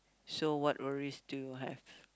so what worries do you have